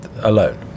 alone